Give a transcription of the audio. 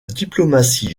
diplomatie